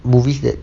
movies that